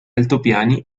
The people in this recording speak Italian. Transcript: altopiani